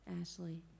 Ashley